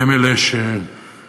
הם אלה שמגיחים